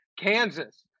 Kansas